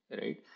right